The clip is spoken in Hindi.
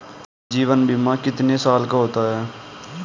जीवन बीमा कितने साल का होता है?